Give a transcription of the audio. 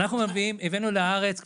הבאנו לארץ אוטובוסים חדשים,